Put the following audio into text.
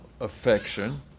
affection